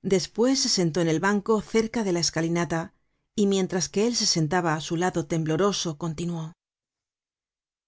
despues se sentó en el banco cerca de la escalinata y mientras que él se sentaba á su lado tembloroso continuó content